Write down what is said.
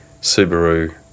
Subaru